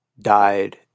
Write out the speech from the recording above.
died